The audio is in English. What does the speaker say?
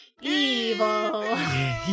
Evil